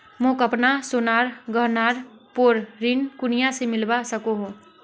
मोक अपना सोनार गहनार पोर ऋण कुनियाँ से मिलवा सको हो?